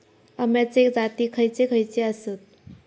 अम्याचे जाती खयचे खयचे आसत?